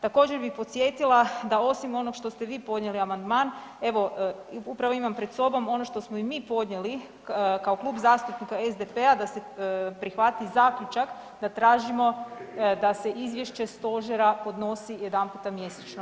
Također bi podsjetila da osim onog što ste vi podnijeli amandman evo upravo imam pred sobom ono što smo i mi podnijeli kao Klub zastupnika SDP-a da se prihvati zaključak da tražimo da se izvješće stožera podnosi jedan puta mjesečno.